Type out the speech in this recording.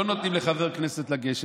לא נותנים לחבר כנסת לגשת,